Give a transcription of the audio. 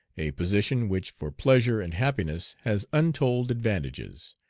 a position which for pleasure and happiness has untold advantages,